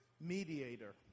mediator